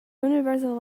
universal